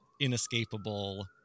inescapable